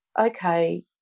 okay